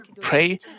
pray